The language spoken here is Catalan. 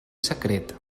secret